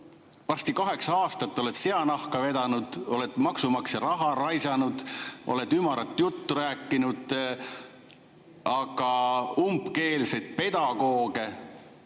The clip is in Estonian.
varsti kaheksa aastat oled seanahka vedanud, oled maksumaksja raha raisanud, oled ümarat juttu rääkinud. Aga umbkeelseid pedagooge